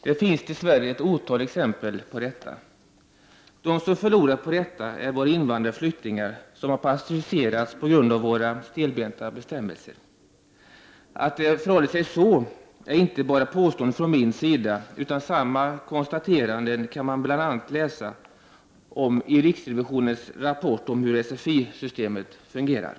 Det finns, dess värre, ett otal exempel på detta. De som förlorat på detta är invandrarna och flyktingarna, som har passiviserats på grund av våra stelbenta bestämmelser. Att det förhåller sig på detta sätt är inte bara påståenden från min sida, utan samma konstateranden kan man bl.a. läsa i RRVs rapport om hur sfisystemet fungerar.